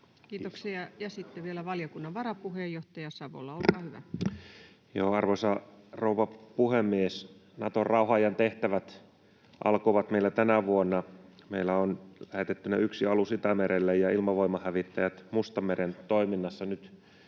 Kiitoksia. — Ja sitten vielä valiokunnan varapuheenjohtaja Savola, olkaa hyvä. Arvoisa rouva puhemies! Naton rauhanajan tehtävät alkoivat meillä tänä vuonna. Meillä on lähetettynä yksi alus Itämerelle ja Ilmavoimien hävittäjät Mustanmeren toiminnassa nyt.